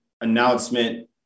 announcement